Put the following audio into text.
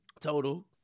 Total